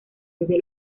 desde